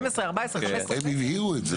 הם הבהירו את זה.